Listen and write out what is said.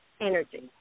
energy